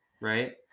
right